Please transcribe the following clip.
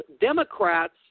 Democrats